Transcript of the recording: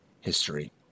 history